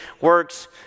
works